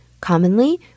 Commonly